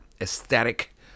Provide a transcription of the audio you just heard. aesthetic